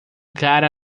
cara